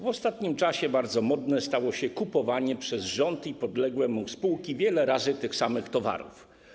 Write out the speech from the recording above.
W ostatnim czasie bardzo modne stało się kupowanie przez rząd i podległe mu spółki wiele razy tych samych towarów.